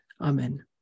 Amen